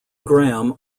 graham